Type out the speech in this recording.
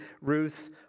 Ruth